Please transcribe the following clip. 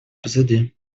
позади